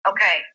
Okay